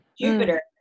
Jupiter